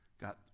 got